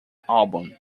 album